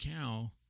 cow